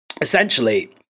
essentially